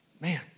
man